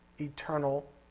eternal